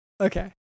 Okay